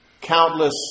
countless